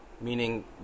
meaning